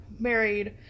Married